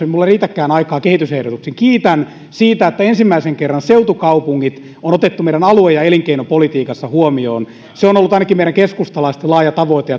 ei minulla riitäkään aikaa kehitysehdotuksille kiitän siitä että ensimmäisen kerran seutukaupungit on otettu meidän alue ja elinkeinopolitiikassa huomioon se on ollut ainakin meidän keskustalaisten laaja tavoite